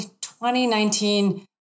2019